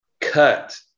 cut